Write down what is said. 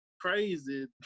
crazy